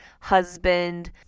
husband